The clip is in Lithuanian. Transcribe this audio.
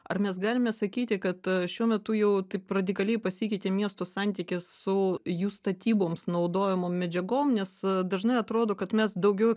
ar mes galime sakyti kad šiuo metu jau taip radikaliai pasikeitė miestų santykis su jų statyboms naudojamom medžiagom nes dažnai atrodo kad mes daugiau